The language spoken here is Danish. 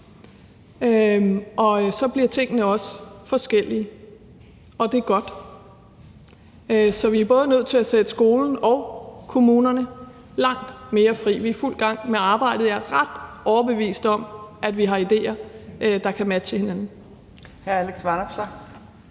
Så bliver tingene også forskellige, og det er godt. Så vi er nødt til at sætte både skolen og kommunerne fri i langt højere grad. Vi er i fuld gang med arbejdet. Jeg er ret overbevist om, at vi har idéer, der kan matche hinanden.